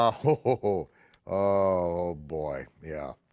ah oh oh boy, yeah.